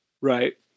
right